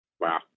wow